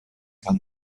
kann